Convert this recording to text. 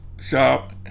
shop